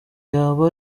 yaba